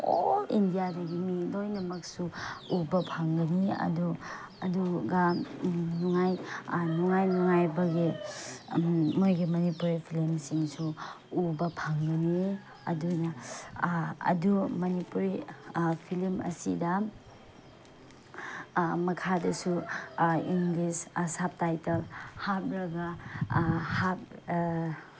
all ꯏꯟꯗꯤꯌꯥꯗꯒꯤ ꯃꯤ ꯂꯣꯏꯅꯃꯛꯁꯨ ꯎꯕ ꯐꯪꯒꯅꯤ ꯑꯗꯨ ꯑꯗꯨꯒ ꯅꯨꯡꯉꯥꯏ ꯅꯨꯡꯉꯥꯏꯕꯒꯤ ꯃꯣꯏꯒꯤ ꯃꯅꯤꯄꯨꯔꯤ ꯐꯤꯂꯤꯝꯁꯤꯡꯁꯨ ꯎꯕ ꯐꯪꯒꯅꯤ ꯑꯗꯨꯅ ꯑꯗꯨ ꯃꯅꯤꯄꯨꯔꯤ ꯐꯤꯂꯤꯝ ꯑꯁꯤꯗ ꯃꯈꯥꯗꯁꯨ ꯏꯪꯂꯤꯁ ꯁꯞꯇꯥꯏꯇꯜ ꯍꯥꯞꯂꯒ